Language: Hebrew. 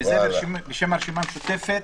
וזה בשם הרשימה המשותפת.